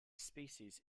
species